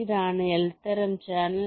ഇതാണ് L തരം channel